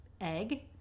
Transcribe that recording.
egg